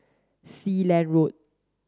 Sealand Road